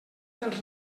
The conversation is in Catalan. dels